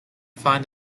find